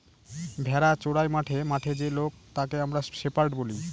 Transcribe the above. ভেড়া চোরাই মাঠে মাঠে যে লোক তাকে আমরা শেপার্ড বলি